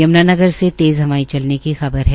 यम्नानगर से तेज़ हवाए चलने की खबर है